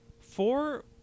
four